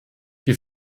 wir